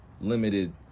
limited